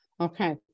Okay